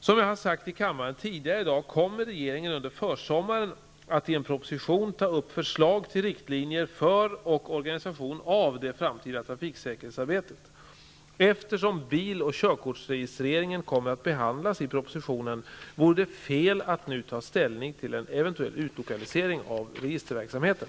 Som jag har sagt i kammaren tidigare i dag kommer regeringen under försommaren att i en proposition ta upp förslag till riktlinjer för och organisation av det framtida trafiksäkerhetsarbetet. Eftersom biloch körkortsregistreringen kommer att behandlas i propositionen vore det fel att nu ta ställning till en eventuell utlokalisering av registerverksamheten.